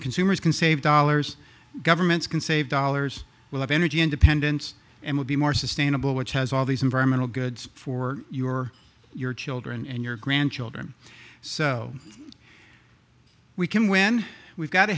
consumers can save dollars governments can save dollars will have energy independence and will be more sustainable which has all these environmental goods for your your children and your grandchildren so we can when we've got